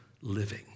living